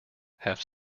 have